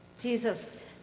Jesus